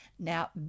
Now